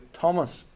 Thomas